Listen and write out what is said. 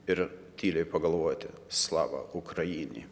ir tyliai pagalvoti slava ukrainie